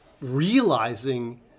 realizing